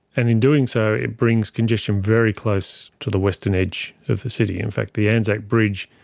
and in doing so it brings congestion very close to the western edge of the city. in fact the anzac bridge,